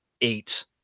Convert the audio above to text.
eight